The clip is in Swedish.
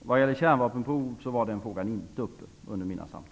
När det gäller kärnvapenprov var inte frågan uppe under mina samtal.